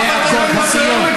זה אקורד הסיום.